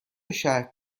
شرط